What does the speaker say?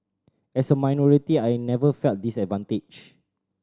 as a minority I never felt disadvantaged